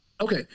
Okay